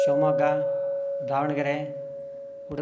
Shivamogga Davanagere Udupi